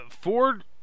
ford